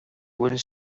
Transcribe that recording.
bhfuil